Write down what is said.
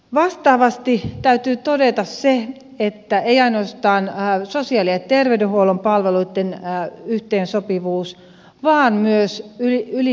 vastaavasti täytyy todeta se että kyseessä ei ole ainoastaan sosiaali ja terveydenhuollon palveluitten yhteensopivuus vaan myös yli hallintokuntien